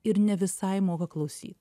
ir ne visai moka klausyt